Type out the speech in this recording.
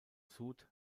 sud